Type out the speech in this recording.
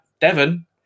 Devon